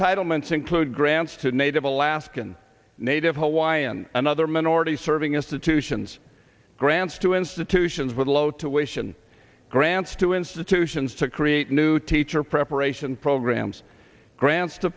entitlements include grants to native alaskan native hawaiian and other minority serving institutions grants to institutions with low to wish and grants to institutions to create new teacher preparation programs grants to